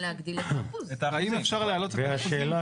והשאלה